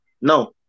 No